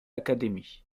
academy